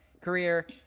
career